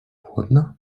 głodna